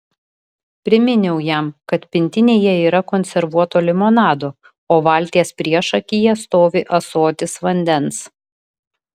priminiau jam kad pintinėje yra konservuoto limonado o valties priešakyje stovi ąsotis vandens